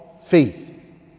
Faith